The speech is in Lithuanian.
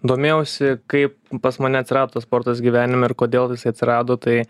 domėjausi kaip pas mane atsirado sportas gyvenime ir kodėl jisai atsirado tai